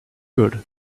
good